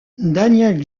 daniel